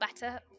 better